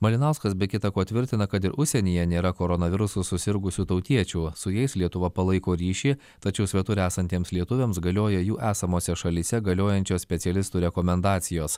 malinauskas be kita ko tvirtina kad ir užsienyje nėra koronavirusu susirgusių tautiečių su jais lietuva palaiko ryšį tačiau svetur esantiems lietuviams galioja jų esamose šalyse galiojančios specialistų rekomendacijos